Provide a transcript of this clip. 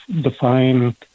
define